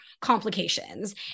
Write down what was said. complications